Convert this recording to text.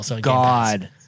God